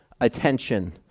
attention